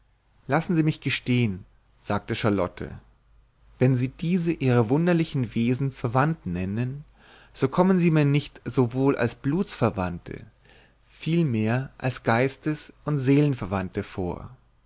lassen sie mich gestehen sagte charlotte wenn sie diese ihre wunderlichen wesen verwandt nennen so kommen sie mir nicht sowohl als blutsverwandte vielmehr als geistes und seelenverwandte vor